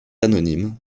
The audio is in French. anonyme